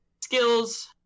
skills